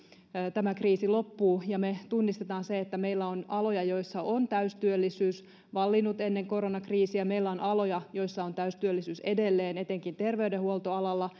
tämä kriisi loppuu ja me tunnistamme sen että meillä on aloja joissa on täystyöllisyys vallinnut ennen koronakriisiä ja meillä on aloja joissa on täystyöllisyys edelleen etenkin terveydenhuoltoalalla